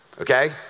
Okay